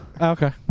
Okay